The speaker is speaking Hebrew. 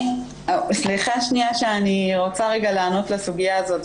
סליחה שנייה, אני רוצה לענות לסוגיה הזאת.